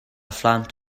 phlant